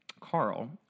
Carl